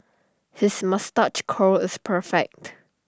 his moustache curl is perfect